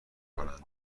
کنند